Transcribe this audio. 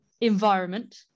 environment